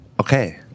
okay